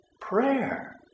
prayer